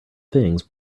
things